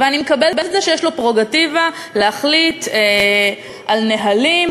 ואני מקבלת את זה שיש לו פררוגטיבה להחליט על נהלים,